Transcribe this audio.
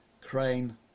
Crane